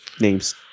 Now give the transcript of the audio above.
names